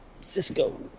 Cisco